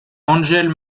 angel